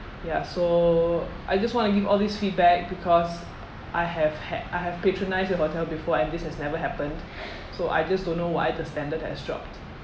ya so I just want to give all these feedback becauseI have had I have patronised the hotel before and this has never happened so I just don't know why the standard has dropped